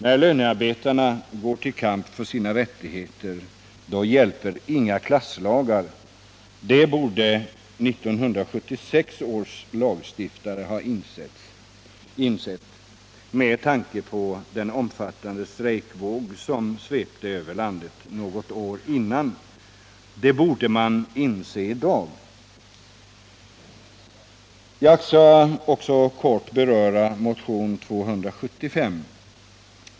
När lönarbetarna går till kamp för sina rättigheter, då hjälper inga klasslagar. Det borde 1976 års lagstiftare ha insett med tanke på den omfattande strejkvåg som svepte över landet något år innan. Det borde man inse i dag. Jag skall också kort beröra motionen 275.